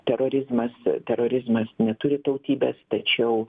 terorizmas terorizmas neturi tautybės tačiau